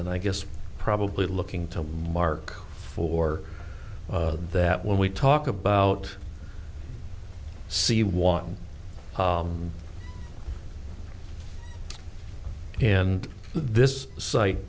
and i guess probably looking to mark for that when we talk about see one and this site